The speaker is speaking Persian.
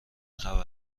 خبر